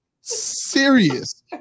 serious